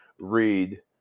read